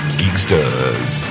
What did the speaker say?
geeksters